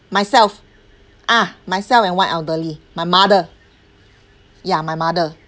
myself ah myself and one elderly my mother ya my mother